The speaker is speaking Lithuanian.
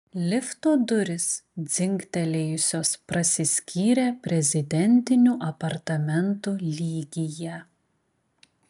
lifto durys dzingtelėjusios prasiskyrė prezidentinių apartamentų lygyje